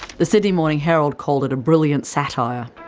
the sydney morning herald called it a brilliant satire.